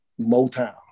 Motown